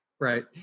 Right